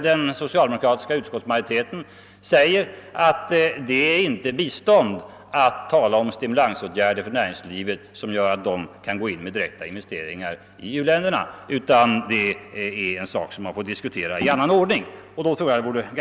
Den socialdemokratiska utskottsmajoriteten framhåller att det inte är bistånd att vidta stimulansåtgärder för näringslivets direkta investeringar i u-länderna. Det säges vara en sak som får diskuteras i annat sammanhang.